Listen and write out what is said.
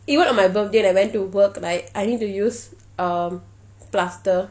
even on my birthday I went to work right I need to use um plaster